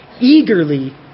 eagerly